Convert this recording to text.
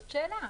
זאת שאלה.